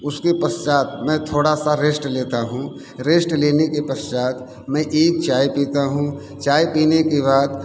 उसके पश्चात मैं थोड़ा सा रेस्ट लेता हूँ रेस्ट लेने के पश्चात मैं एक चाय पीता हूँ चाय पीने के बाद